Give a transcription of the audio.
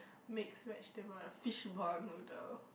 mix vegetable fishball noodle